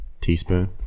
teaspoon